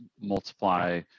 multiply